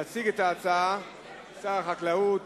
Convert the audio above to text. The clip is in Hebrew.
יציג את ההצעה שר החקלאות